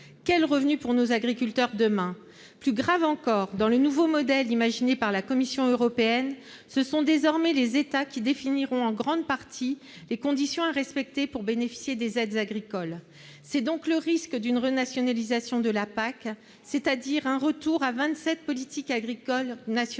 Quels revenus pour nos agriculteurs demain ? Plus grave encore, dans le nouveau modèle imaginé par la Commission européenne, ce sont désormais les États qui définiront en grande partie les conditions à respecter pour bénéficier des aides agricoles. C'est donc le risque d'une renationalisation de la PAC, c'est-à-dire d'un retour à vingt-sept politiques agricoles nationales